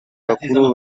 bakuru